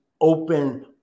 open